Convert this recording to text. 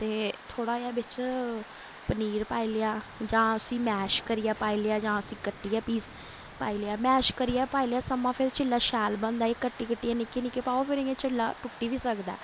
ते थोह्ड़ा जेहा बिच्च पनीर पाई लेआ जां उस्सी मैश करियै पाई लेआ जां उस्सी कट्टियै पीस पाई लेआ मैश करियै पाई लेआ समां फिर चिल्ला शैल बनदा इ'यां कट्टी कट्टियै निक्के निक्के पाओ फिर इयां चिल्ला टुट्टी बी सकदा ऐ